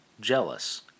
jealous